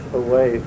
away